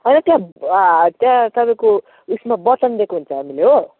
अन्त त्यहाँ त्यहाँ तपाईँको उयेसमा बटन दिएको हुन्छ हामीले हो